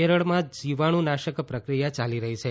કેરળમાં જીવાણું નાશક પ્રક્રિયા યાલી રહી છે